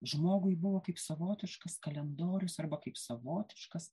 žmogui buvo kaip savotiškas kalendorius arba kaip savotiškas